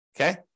Okay